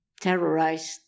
terrorized